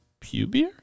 pubier